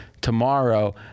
tomorrow